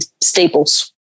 Staples